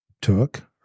took